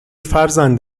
فرزند